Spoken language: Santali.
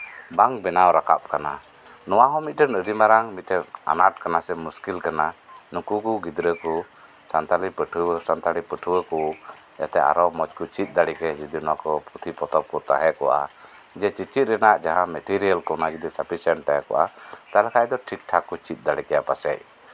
ᱵᱟᱝ ᱵᱮᱱᱟᱣ ᱨᱟᱠᱟᱵ ᱠᱟᱱᱟ ᱱᱚᱣᱟ ᱦᱚᱸ ᱢᱤᱫᱴᱟᱱ ᱟᱹᱰᱤ ᱢᱟᱨᱟᱝ ᱢᱤᱫᱴᱮᱱ ᱟᱱᱟᱴ ᱠᱟᱱᱟ ᱥᱮ ᱢᱩᱥᱠᱤᱞ ᱠᱟᱱᱟ ᱱᱩᱠᱩ ᱠᱚ ᱜᱤᱫᱽᱨᱟᱹ ᱠᱚ ᱥᱟᱱᱛᱟᱲᱤ ᱯᱟᱴᱷᱩᱣᱟᱹ ᱠᱚ ᱡᱟᱛᱮ ᱟᱨᱚ ᱢᱚᱸᱡᱽ ᱠᱚ ᱪᱮᱫ ᱫᱟᱲᱮ ᱠᱮᱭᱟ ᱡᱚᱫᱤ ᱱᱚᱣᱟ ᱠᱚ ᱯᱩᱛᱷᱤ ᱯᱚᱛᱚᱵᱽ ᱠᱚ ᱛᱟᱸᱦᱮ ᱠᱚᱜᱼᱟ ᱡᱮ ᱪᱮᱪᱮᱫ ᱨᱮᱭᱟᱜ ᱡᱟᱸᱦᱟ ᱢᱮᱴᱮᱨᱤᱭᱟᱞ ᱠᱚ ᱚᱱᱟ ᱡᱩᱫᱤ ᱥᱟᱯᱷᱤᱥᱮᱱᱴ ᱛᱟᱦᱮᱸ ᱠᱚᱜᱼᱟ ᱛᱟᱦᱞᱮ ᱠᱷᱟᱱ ᱫᱚ ᱴᱷᱤᱠ ᱴᱷᱟᱠ ᱠᱚ ᱪᱮᱫ ᱫᱟᱲᱮ ᱠᱮᱭᱟ ᱯᱟᱥᱮᱡ